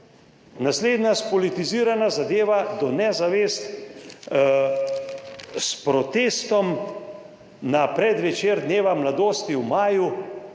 Naslednja spolitizirana zadeva do nezavesti s protestom na predvečer dneva mladosti v maju,